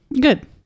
Good